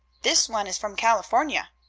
this one is from california.